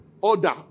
order